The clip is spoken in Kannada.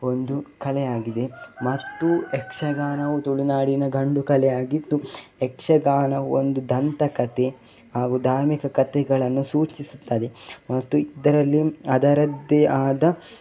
ಒಂದು ಕಲೆಯಾಗಿದೆ ಮತ್ತು ಯಕ್ಷಗಾನವು ತುಳುನಾಡಿನ ಗಂಡು ಕಲೆಯಾಗಿದ್ದು ಯಕ್ಷಗಾನವು ಒಂದು ದಂತಕತೆ ಹಾಗೂ ಧಾರ್ಮಿಕ ಕಥೆಗಳನ್ನು ಸೂಚಿಸುತ್ತದೆ ಮತ್ತು ಇದರಲ್ಲಿ ಅದರದ್ದೇ ಆದ